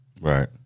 Right